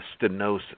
stenosis